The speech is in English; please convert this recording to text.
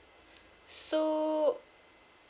so